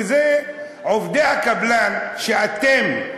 וזה, עובדי הקבלן, שאתם,